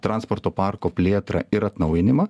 transporto parko plėtrą ir atnaujinimą